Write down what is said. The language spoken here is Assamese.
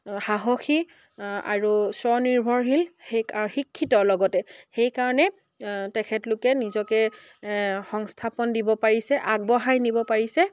সাহসী আৰু স্বনিৰ্ভৰশীল সেই শিক্ষিত লগতে সেইকাৰণে তেখেতলোকে নিজকে সংস্থাপন দিব পাৰিছে আগবঢ়াই নিব পাৰিছে